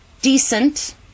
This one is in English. decent